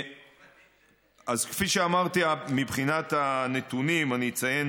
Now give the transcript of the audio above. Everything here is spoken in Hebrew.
כפי שאמרתי, מבחינת הנתונים, אני אציין